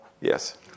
Yes